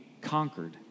conquered